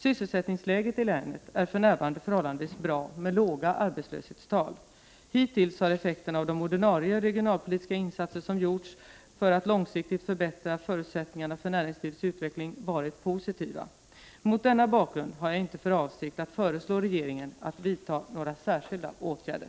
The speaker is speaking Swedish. Sysselsättningsläget i länet är för närvarande förhållandevis bra med låga arbetslöshetstal. Hittills har effekterna av de ordinarie regionalpolitiska insatser som gjorts för att långsiktigt förbättra förutsättningarna för näringslivets utveckling varit positiva. Mot denna bakgrund har jag inte för avsikt att föreslå regeringen att vidta några särskilda åtgärder.